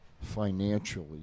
financially